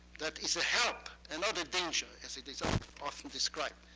that is a help and not a danger, as it is um often described.